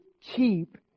keep